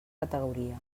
categoria